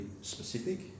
specific